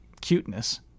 cuteness